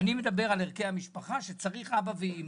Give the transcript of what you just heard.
אני מדבר על ערכי המשפחה שצריך אבא ואימא.